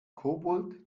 kobold